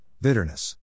bitterness